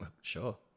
Sure